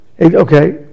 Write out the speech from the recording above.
Okay